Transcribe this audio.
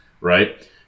Right